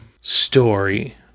story